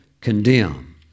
condemn